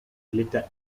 later